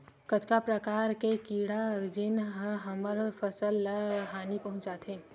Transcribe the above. कतका प्रकार के कीड़ा जेन ह हमर फसल ल हानि पहुंचाथे?